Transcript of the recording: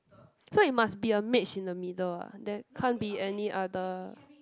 so it must be a mage in the middle ah there can't be any other